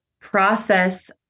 process